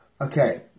Okay